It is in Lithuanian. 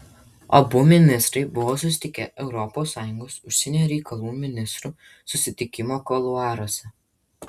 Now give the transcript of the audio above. abu ministrai buvo susitikę europos sąjungos užsienio reikalų ministrų susitikimo kuluaruose